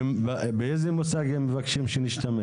באיזה מושג הם מבקשים שנשתמש?